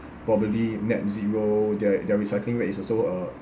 probably net zero their their recycling rate is also uh